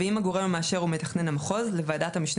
(ב) --- ואם הגורם המאשר הוא מתכנן המחוז - לוועדת המשנה